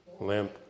Limp